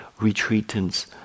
retreatants